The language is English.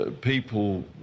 people